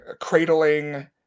cradling